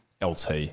LT